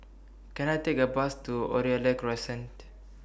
Can I Take A Bus to Oriole Crescent